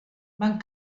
van